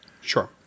Sure